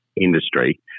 industry